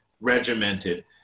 regimented